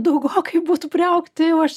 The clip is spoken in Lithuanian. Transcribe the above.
daugokai būtų priaugti o aš